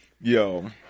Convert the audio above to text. Yo